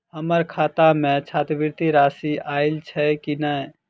हम्मर खाता मे छात्रवृति राशि आइल छैय की नै?